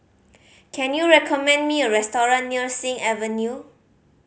can you recommend me a restaurant near Sing Avenue